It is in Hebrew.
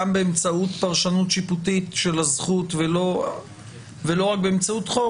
באמצעות פרשנות שיפוטית של הזכות ולא רק באמצעות חוק,